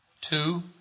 Two